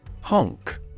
Honk